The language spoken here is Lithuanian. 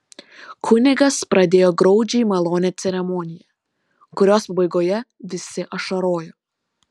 kunigas pradėjo graudžiai malonią ceremoniją kurios pabaigoje visi ašarojo